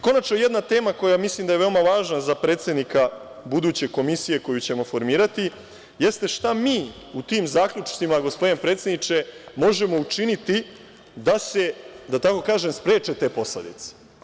Konačno jedna tema koja je, mislim, veoma važna za predsednika buduće komisije, koju ćemo formirati, jeste šta mi u tim zaključcima, gospodine predsedniče, možemo učiniti da se, da tako kažem, spreče te posledice.